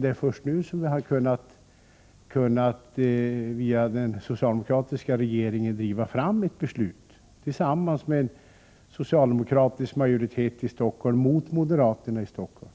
Det är först nu man, via den socialdemokratiska regeringen, har kunnat driva fram ett beslut — med socialdemokratisk majoritet i Stockholm mot moderaterna i Stockholm.